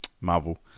Marvel